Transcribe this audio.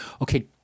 okay